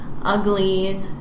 ugly